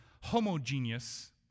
homogeneous